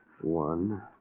One